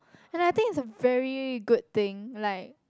and I think its a very good thing like